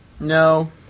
no